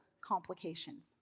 complications